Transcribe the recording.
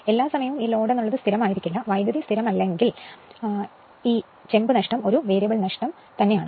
എല്ലാ സമയ ലോഡും സ്ഥിരമല്ല അതിനാൽ വൈദ്യുതധാര സ്ഥിരമല്ലെങ്കിൽ ഈ ചെമ്പ് നഷ്ടം ഒരു പരിവർത്തിയായ നഷ്ടമാണ്